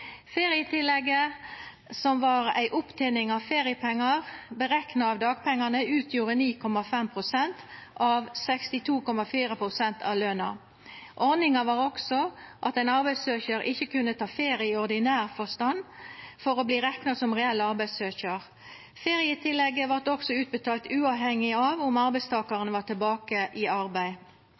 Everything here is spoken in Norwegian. Ferietillegget var ei opptening av feriepengar rekna ut frå dagpengane og utgjorde 9,5 pst. av 62,4 pst. av løna. Ordninga gjekk ut på at ein arbeidssøkjar ikkje kunne ta ferie i ordinær forstand for å verta rekna som reell arbeidssøkjar. Ferietillegget vart betalt ut uavhengig om arbeidstakaren var tilbake i arbeid.